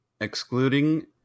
excluding